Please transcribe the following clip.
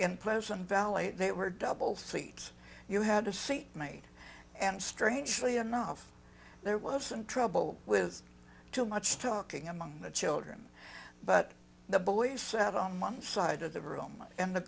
valley they were double seats you had a seat mate and strangely enough there wasn't trouble with too much talking among the children but the boys sat on one side of the room and the